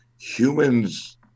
humans